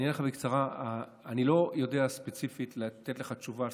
אני אענה לך בקצרה: אני לא יודע ספציפית לתת לך תשובה,